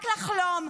רק לחלום.